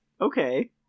Okay